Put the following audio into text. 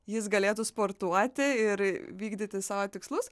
jis galėtų sportuoti ir vykdyti savo tikslus